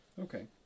okay